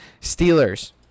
Steelers